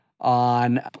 on